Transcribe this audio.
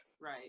Right